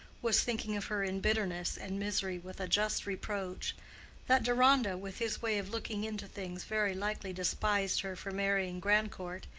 was thinking of her in bitterness and misery with a just reproach that deronda with his way of looking into things very likely despised her for marrying grandcourt,